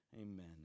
Amen